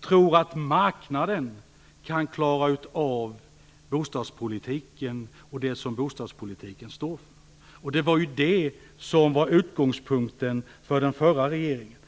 tror att marknaden kan klara av bostadspolitiken och det som bostadspolitiken står för. Det var ju det som var utgångspunkten för den förra regeringen.